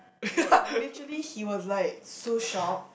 like literally he was like so shocked